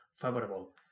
favorable